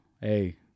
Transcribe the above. hey